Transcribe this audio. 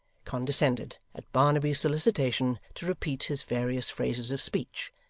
condescended, at barnaby's solicitation, to repeat his various phrases of speech,